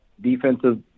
defensive